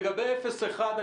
לגבי אפס עד אחד קילומטר,